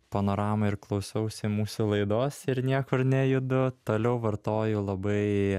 panoramą ir klausausi mūsų laidos ir niekur nejudu toliau vartoju labai